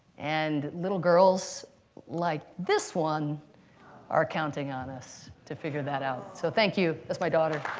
and little girls like this one are counting on us to figure that out. so thank you. that's my daughter.